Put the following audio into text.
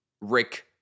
Rick